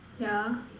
yeah